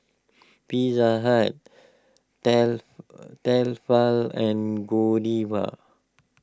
Pizza Hut tel Tefal and Godiva